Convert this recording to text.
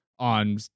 On